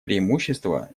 преимущества